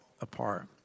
apart